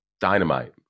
dynamite